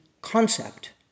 concept